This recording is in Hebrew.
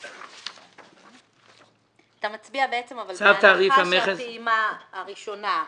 את הפעימה הראשונה,